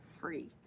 free